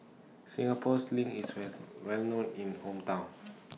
Singapore Sling IS Where Well known in Hometown